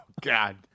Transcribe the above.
God